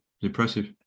impressive